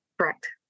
correct